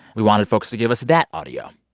we wanted folks to give us that audio.